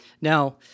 Now